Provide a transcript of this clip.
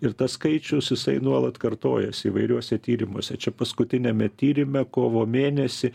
ir tas skaičius jisai nuolat kartojasi įvairiuose tyrimuose čia paskutiniame tyrime kovo mėnesį